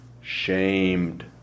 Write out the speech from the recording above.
shamed